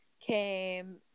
came